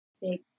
big